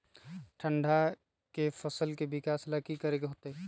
ठंडा में फसल के विकास ला की करे के होतै?